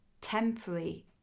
temporary